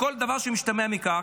וכל דבר שמשתמע מכך.